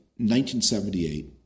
1978